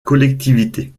collectivité